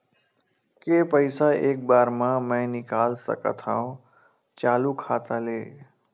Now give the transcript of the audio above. के पईसा एक बार मा मैं निकाल सकथव चालू खाता ले?